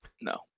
No